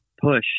push